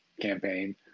campaign